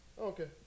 Okay